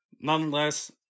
nonetheless